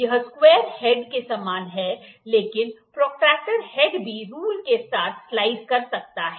यह square head के समान है लेकिन प्रोट्रैक्टर हेड भी रूल के साथ स्लाइड कर सकता है